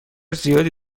زیادی